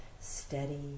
steady